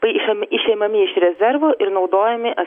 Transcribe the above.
paiš išimami iš rezervo ir naudojami